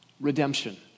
redemption